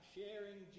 Sharing